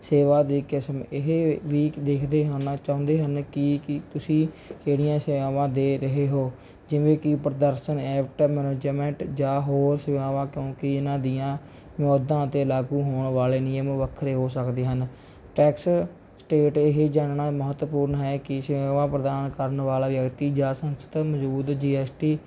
ਸੇਵਾ ਦੀ ਕਿਸਮ ਇਹ ਵੀ ਦੇਖਦੇ ਹਨ ਚਾਹੁੰਦੇ ਹਨ ਕਿ ਕੀ ਤੁਸੀਂ ਕਿਹੜੀਆਂ ਸੇਵਾਵਾਂ ਦੇ ਰਹੇ ਹੋ ਜਿਵੇਂ ਕਿ ਪ੍ਰਦਰਸ਼ਨ ਐਪਟਨ ਜਮੈਟ ਜਾਂ ਹੋਰ ਸੇਵਾਵਾਂ ਕਿਉਂਕਿ ਇਹਨਾਂ ਦੀਆਂ ਮਿਆਦਾਂ 'ਤੇ ਲਾਗੂ ਹੋਣ ਵਾਲੇ ਨਿਯਮ ਵੱਖਰੇ ਹੋ ਸਕਦੇ ਹਨ ਟੈਕਸ ਸਟੇਟ ਇਹ ਹੀ ਜਾਨਣਾ ਮਹੱਤਵਪੂਰਨ ਹੈ ਕਿ ਸੇਵਾਵਾਂ ਪ੍ਰਦਾਨ ਕਰਨ ਵਾਲਾ ਵਿਅਕਤੀ ਜਾਂ ਸੰਸਥਾ ਮੌਜੂਦ ਜੀ ਐਸ ਟੀ